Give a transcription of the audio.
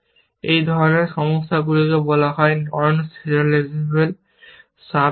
এই ধরনের সমস্যাগুলোকে বলা হয় নন সিরিয়ালাইজেবল সাব গোল